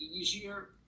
easier